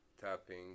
tapping